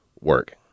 work